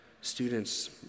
students